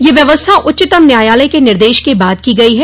यह व्यवस्था उच्चतम न्यायालय के निर्देश के बाद की गयी है